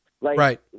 Right